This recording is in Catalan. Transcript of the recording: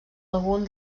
algun